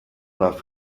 nach